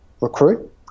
recruit